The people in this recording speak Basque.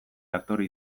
aktore